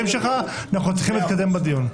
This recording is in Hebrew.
להתקדם בדיון.